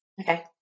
okay